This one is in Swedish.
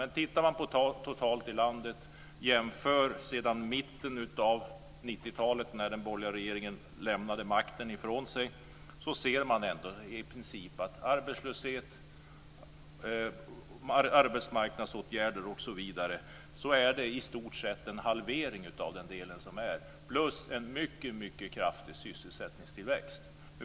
Men tittar man på landet totalt och jämför med mitten av 90-talet, när den borgerliga regeringen lämnade makten ifrån sig, ser man ändå att arbetslösheten med arbetsmarknadsåtgärder osv. i stort sett är halverad, plus att vi har en mycket kraftig sysselsättningstillväxt.